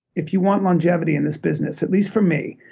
if you want longevity in this business, at least for me,